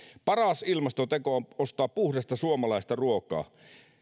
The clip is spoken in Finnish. paras ilmastoteko on ostaa puhdasta suomalaista ruokaa